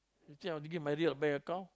you think I'll give my real bank account